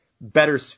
better